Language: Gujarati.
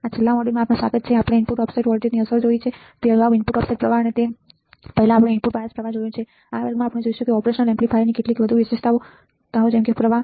આ છેલ્લા મોડ્યુલમાં આપનું સ્વાગત છે જે આપણે ઇનપુટ ઓફસેટ વોલ્ટેજની અસર જોઈ તે અગાઉ ઇનપુટ ઓફસેટ પ્રવાહ અને તે પહેલા આપણે ઇનપુટ બાયસ પ્રવાહ જોયો છે આ વર્ગમાં આપણે જોઈશું કે ઓપરેશનલ એમ્પ્લીફાયરની કેટલીક વધુ વિશેષતાઓ જેમ કે પ્રવાહ